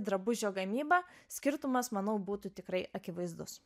drabužio gamyba skirtumas manau būtų tikrai akivaizdus